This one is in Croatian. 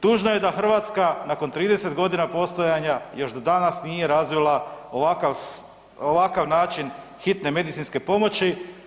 Tužno je da Hrvatska nakon 30 godina postojanja još do danas nije razvila ovakav način hitne medicinske pomoći.